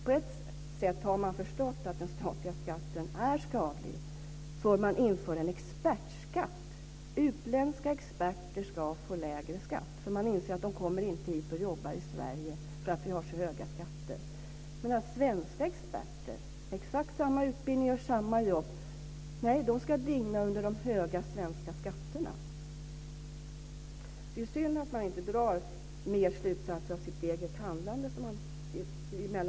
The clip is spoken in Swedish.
På ett sätt har man förstått att den statliga skatten är skadlig, för man inför en expertskatt. Utländska experter ska få lägre skatt, för man inser att de inte kommer hit till Sverige och jobbar därför att vi har så höga skatter. Men de svenska experterna, med exakt samma utbildning och samma jobb, ska digna under de höga svenska skatterna. Det är synd att man inte drar mer slutsatser av sitt eget handlande.